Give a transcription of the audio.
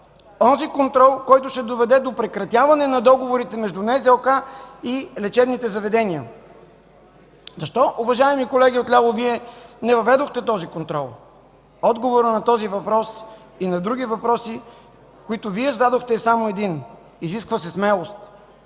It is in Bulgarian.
Онзи контрол, който ще доведе до прекратяване на договорите между НЗОК и лечебните заведения. Защо, уважаеми колеги от ляво, Вие не въведохте този контрол? Отговорът на този и на други въпроси, които Вие зададохте, е само един – изисква се смелост.